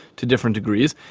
to different degrees.